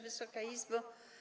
Wysoka Izbo!